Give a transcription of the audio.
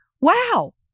wow